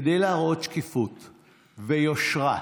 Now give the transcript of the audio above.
כדי להראות שקיפות ויושרה,